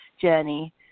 journey